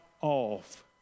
off